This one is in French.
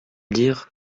dire